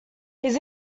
his